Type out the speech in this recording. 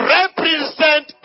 represent